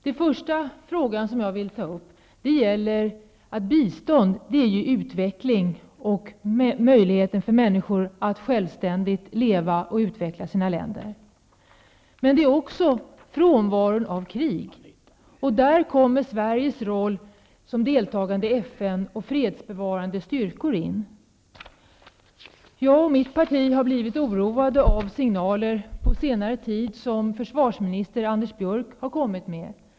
Den första fråga jag vill ta upp gäller att bistånd är utveckling och möjligheter för människor att självständigt leva och utveckla sina länder. Men det är också frånvaro av krig. Där kommer Sveriges roll som deltagare i FN och fredsbevarande styrkor in. Jag och mitt parti har blivit oroade av signaler som försvarsminister Anders Björck på senare tid har kommit med.